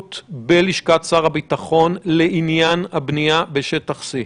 בלשכת שר הביטחון לעניין הבנייה בשטח C?